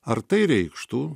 ar tai reikštų